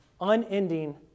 unending